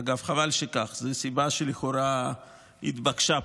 אגב, חבל שכך, כי זו סיבה שלכאורה התבקשה פה,